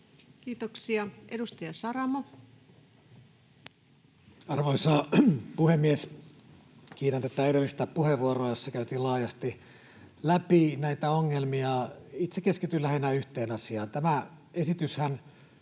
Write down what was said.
Kiitoksia. — Edustaja Saramo. Arvoisa puhemies! Kiitän edellistä puheenvuoroa, jossa käytiin laajasti läpi näitä ongelmia. Itse keskityn lähinnä yhteen asiaan. Kun täällä